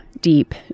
deep